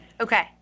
okay